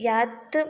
ह्यात